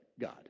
God